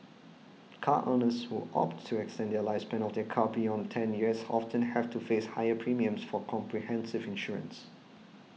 car owners who opt to extend the lifespan of their car beyond ten years often have to face higher premiums for comprehensive insurance